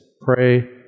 pray